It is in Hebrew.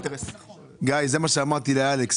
זה מה שאמרתי לאלכס,